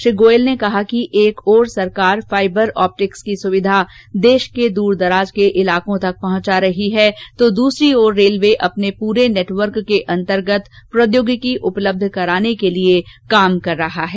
श्री गोयल ने कहा कि एक ओर सरकार फाइबर ऑप्टिक्स की सुविधा देश के दूरदराज के इलाकों तक पहुंचा रही है तो दूसरी ओर रेलवे अपने पूरे नैटवर्क के अंतर्गत प्रौद्योगिकी उपलब्ध कराने के लिए काम कर रहा है